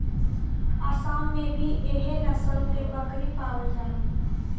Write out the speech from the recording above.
आसाम में भी एह नस्ल के बकरी पावल जाली